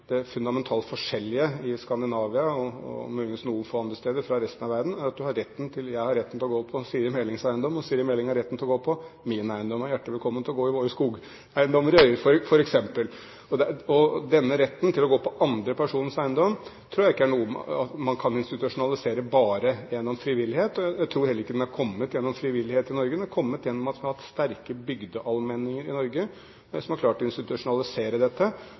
fundamentalt forskjellig i Skandinavia og muligens noen få andre steder i forhold til resten av verden, er at jeg har rett til å gå på Siri A. Melings eiendom, og Siri A. Meling har rett til å gå på min eiendom – og hun er også hjertelig velkommen til å gå i våre skogeiendommer i Øyer, f.eks. Denne retten til å gå på andre personers eiendom tror jeg ikke er noe man kan institusjonalisere bare gjennom frivillighet, og jeg tror heller ikke den har kommet gjennom frivillighet i Norge. Den er kommet gjennom at man har hatt sterke bygdeallmenninger i Norge som har klart å institusjonalisere dette,